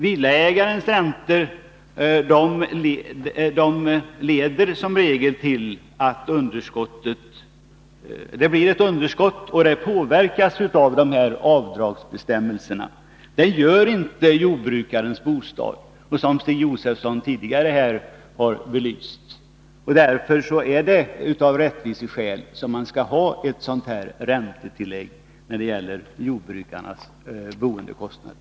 Villaägarnas räntor leder som regel till ett underskott, och det påverkas av avdragsbestämmelserna. Så är det inte när det gäller jordbruksbostäder. Den saken har Stig Josefson här tidigare belyst. Av rättviseskäl skall det således finnas ett räntetillägg när det gäller jordbrukarnas boendekostnader.